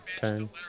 turn